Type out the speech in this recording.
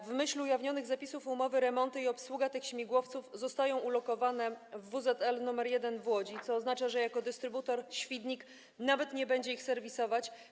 W myśl ujawnionych zapisów umowy remonty i obsługa tych śmigłowców zostają ulokowane w WZL nr 1 w Łodzi, co oznacza, że jako dystrybutor Świdnik nawet nie będzie ich serwisować.